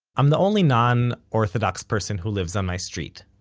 i'm the only non-orthodox person who lives on my street,